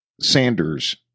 sanders